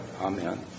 Amen